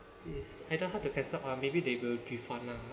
is either hard to cancel or maybe they will refund lah